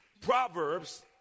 Proverbs